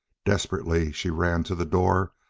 desperately she ran to the door,